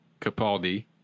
Capaldi